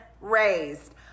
raised